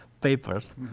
papers